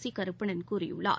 C Karuppanan கூறியுள்ளார்